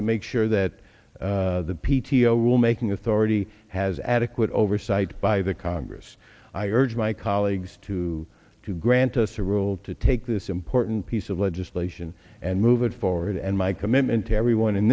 to make sure that the p t o rulemaking authority has adequate oversight by the congress i urge my colleagues to grant us a rule to take this important piece of legislation and move it forward and my commitment to everyone in